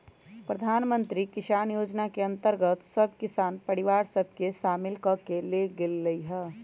प्रधानमंत्री किसान जोजना के अंतर्गत सभ किसान परिवार सभ के सामिल क् लेल गेलइ ह